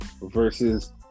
versus